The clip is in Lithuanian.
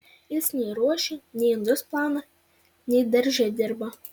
jis nei ruošia nei indus plauna nei darže dirba